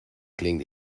klingt